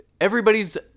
everybody's